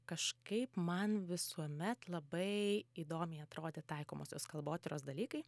kažkaip man visuomet labai įdomiai atrodė taikomosios kalbotyros dalykai